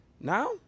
Now